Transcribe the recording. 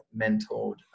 mentored